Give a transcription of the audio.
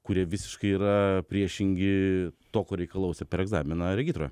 kurie visiškai yra priešingi to ko reikalaus ir per egzaminą regitroj